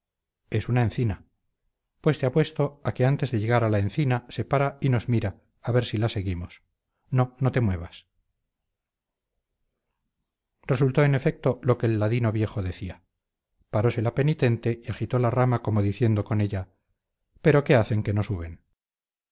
es una encina pues te apuesto a que antes de llegar a la encina se para y nos mira a ver si la seguimos no no te muevas resultó en efecto lo que el ladino viejo decía parose la penitente y agitó la rama como diciendo con ella pero qué hacen que no suben